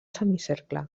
semicercle